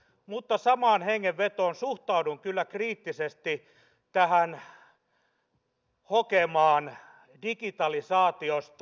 mutta samaan hengenvetoon suhtaudun kyllä kriittisesti tähän hokemaan digitalisaatiosta